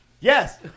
Yes